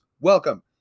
Welcome